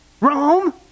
Rome